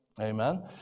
Amen